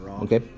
Okay